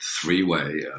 three-way